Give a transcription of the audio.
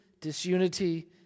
disunity